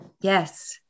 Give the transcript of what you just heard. Yes